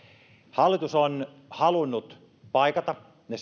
hallitus on halunnut paikata ne